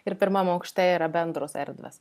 ir pirmam aukšte yra bendros erdvės